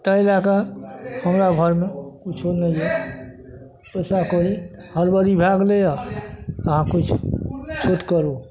तहि लए कऽ हमरा घरमे किछु नहि यऽ पैसा कौड़ी हड़बड़ी भए गेलैया तऽ अहाँ किछु छूट करू